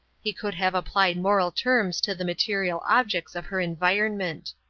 he could have applied moral terms to the material objects of her environment.